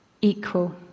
equal